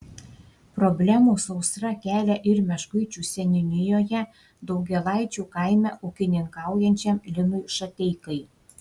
problemų sausra kelia ir meškuičių seniūnijoje daugėlaičių kaime ūkininkaujančiam linui šateikai